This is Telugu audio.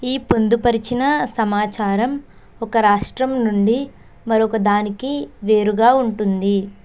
ఈ పొందుపరచిన సమాచారం ఒక రాష్ట్రం నుండి మరొకదానికి వేరుగా ఉంటుంది